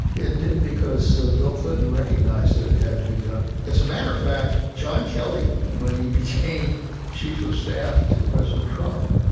it did because bill clinton recognize that it had to be done. as a matter of fact, john kelly, when he became chief of staff to president trump,